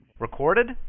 Recorded